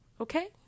Okay